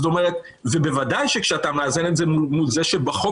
בוודאי כשמאזנים את זה מול זה שבחוק